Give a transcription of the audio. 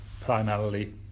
primarily